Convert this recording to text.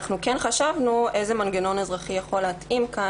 חשבנו איזה מנגנון אזרחי יכול להתאים כאן?